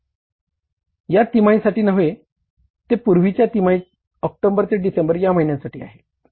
हे या तिमाहीसाठी नव्हते ते पूर्वीची तिमाही ऑक्टोबर ते डिसेंबर या महिन्यांसाठी आहे